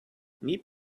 neat